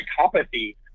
psychopathy